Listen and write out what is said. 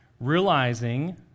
realizing